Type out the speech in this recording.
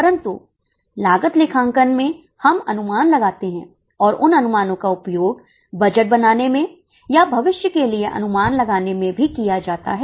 परंतु लागत लेखांकन में हम अनुमान लगाते हैं और उन अनुमानों का उपयोग बजट बनाने में या भविष्य के लिए अनुमान लगाने में भी किया जाता है